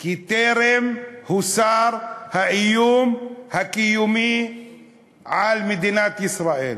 כי טרם הוסר האיום הקיומי על מדינת ישראל.